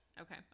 Okay